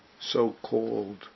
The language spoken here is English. so-called